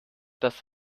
das